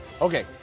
Okay